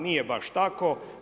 Nije baš tako.